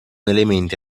elementi